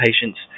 patients